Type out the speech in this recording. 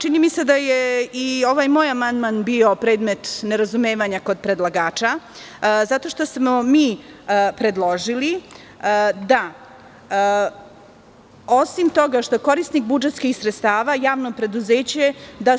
Čini mi se da je i ovaj moj amandman bio predmet nerazumevanja kod predlagača zato što smo mi predložili da, osim toga što je korisnik budžetskih sredstava javno preduzeće,